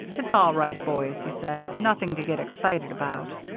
it's all right, boys, he said, nothing to get excited about.